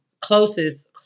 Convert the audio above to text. closest